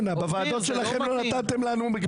בוועדות שלכם לא נתתם לנו.